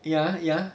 ya ya